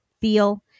feel